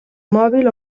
mòbil